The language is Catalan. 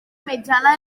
mitjana